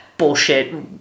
bullshit